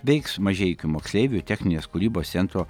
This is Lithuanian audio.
veiks mažeikių moksleivių techninės kūrybos centro